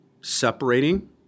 separating